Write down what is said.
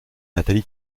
nathalie